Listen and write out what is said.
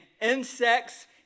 insects